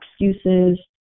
excuses